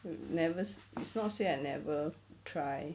never it's not say I never try